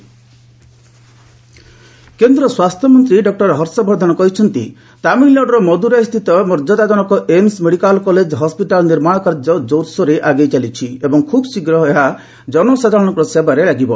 ମଦୁରାଇ ହର୍ଷବର୍ଦ୍ଧନ କେନ୍ଦ୍ର ସ୍ୱାସ୍ଥ୍ୟମନ୍ତ୍ରୀ ଡକ୍ଟର ହର୍ଷବର୍ଦ୍ଧନ କହିଛନ୍ତି ତାମିଲନାଡୁର ମଦୁରାଇ ସ୍ଥିତ ମର୍ଯ୍ୟାଦାଜନକ ଏମ୍ସ ମେଡିକାଲ କଲେଜ ହସ୍ପିଟାଲ ନିର୍ମାଣ କାର୍ଯ୍ୟ ଜୋରସୋରରେ ଆଗେଇ ଚାଲିଛି ଏବଂ ଖୁବ୍ ଶୀଘ୍ର ଏହା ଜନସାଧାରଣଙ୍କ ସେବାରେ ଲାଗିବ